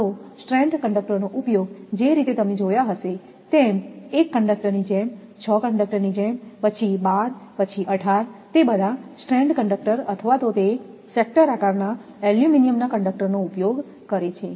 કાં તો strand conductor નો ઉપયોગ જે રીતે તમે જોયા હશે તેમ 1 કંડક્ટરની જેમ 6 કંડક્ટરની જેમ પછી 12 પછી 18 તે બધા સ્ટ્રેન્ડ કંડક્ટર અથવા તો તે સેક્ટર આકારના એલ્યુમિનિયમના કંડકટર નો ઉપયોગ કરે છે